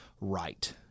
right